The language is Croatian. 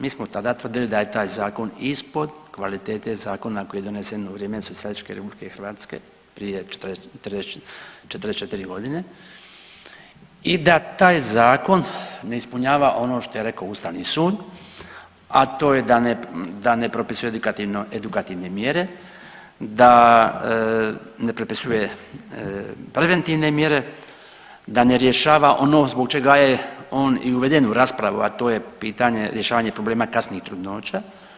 Mi smo tada tvrdili da je taj zakon ispod kvalitete zakona koji je donesen u vrijeme Socijalističke Republike Hrvatske prije 44 godine i da taj zakon ne ispunjava ono što je rekao ustavni sud, a to je da ne propisuje edukativne mjere, da ne propisuje preventivne mjere, da ne rješava ono zbog čega je on i uveden u raspravu, a to je pitanje rješavanje problema kasnih trudnoća.